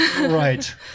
Right